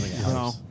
No